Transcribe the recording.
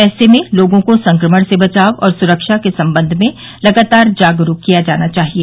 ऐसे में लोगों को संक्रमण से बचाव और सुरक्षा के संबंध में लगातार जागरूक किया जाना चाहिए